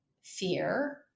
fear